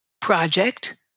project